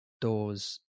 doors